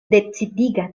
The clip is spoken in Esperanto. decidiga